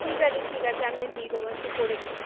ঠিক আছে ঠিক আছে আমি দিয়ে দেব একটু করে দিন